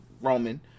Roman